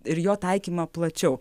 ir jo taikymą plačiau